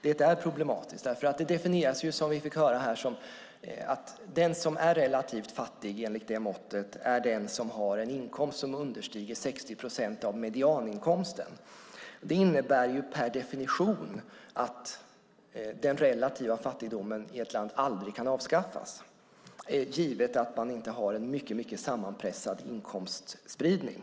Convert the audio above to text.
Det är alltså problematiskt, för det definieras - det fick vi höra här - som att den är relativt fattig som har en inkomst som understiger 60 procent av medianinkomsten. Det innebär per definition att den relativa fattigdomen i ett land aldrig kan avskaffas, givet att man inte har en mycket sammanpressad inkomstspridning.